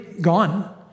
gone